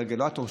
הרגולטור,